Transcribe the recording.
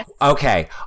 Okay